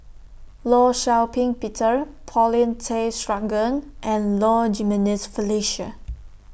law Shau Ping Peter Paulin Tay Straughan and Low Jimenez Felicia